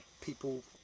people